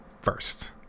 first